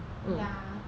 ya